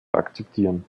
akzeptieren